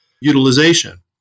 utilization